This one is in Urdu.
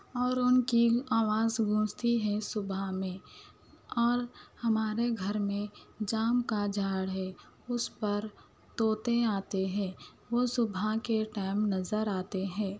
اور ان کی آواز گونجتی ہے صبح میں اور ہمارے گھر میں جام کا جھاڑ ہے اس پر طوطے آتے ہیں وہ صبح کے ٹائم نظر آتے ہیں